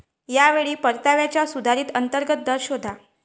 या वेळी परताव्याचा सुधारित अंतर्गत दर शोधा